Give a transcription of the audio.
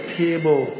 table